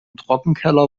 trockenkeller